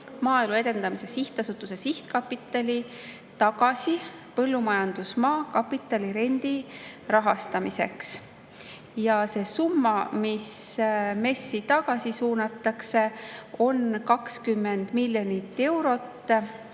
Maaelu Edendamise Sihtasutuse sihtkapitali tagasi põllumajandusmaa kapitalirendi rahastamiseks. Ja see summa, mis MES‑i tagasi suunatakse, on 20 miljonit eurot.